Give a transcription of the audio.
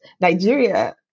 Nigeria